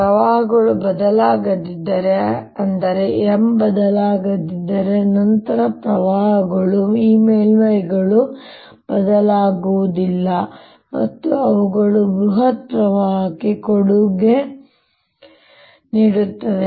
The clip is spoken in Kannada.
ಪ್ರವಾಹಗಳು ಬದಲಾಗದಿದ್ದರೆ ಅಂದರೆ M ಬದಲಾಗಿದ್ದರೆ ನಂತರ ಪ್ರವಾಹಗಳು ಮತ್ತು ಈ ಮೇಲ್ಮೈಗಳು ಬದಲಾಗುವುದಿಲ್ಲ ಮತ್ತು ಅವುಗಳು ಬೃಹತ್ ಪ್ರವಾಹಕ್ಕೆ ಕೊಡುಗೆ ನೀಡುತ್ತವೆ